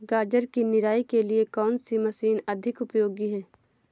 गाजर की निराई के लिए कौन सी मशीन अधिक उपयोगी है?